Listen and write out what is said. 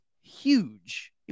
huge